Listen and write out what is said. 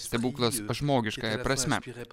stebuklas žmogiškąja prasme